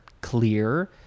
clear